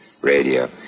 Radio